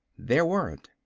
there weren't.